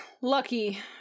Lucky